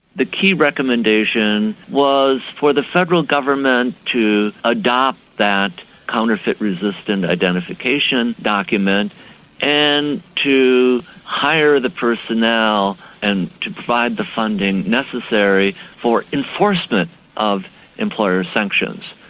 the key recommendation was for the federal government to adopt that counterfeit-resistant identification document and to hire the personnel and to provide the funding necessary for enforcement of employer sanctions.